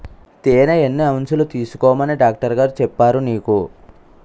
తేనె ఎన్ని ఔన్సులు తీసుకోమని డాక్టరుగారు చెప్పారు నీకు